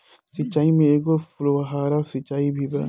सिचाई में एगो फुव्हारा सिचाई भी बा